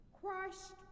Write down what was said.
Christ